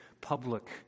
public